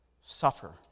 suffer